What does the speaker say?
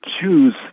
choose